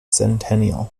centennial